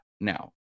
now